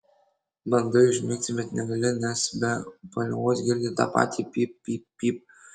bandai užmigti bet negali nes be paliovos girdi tą patį pyp pyp pyp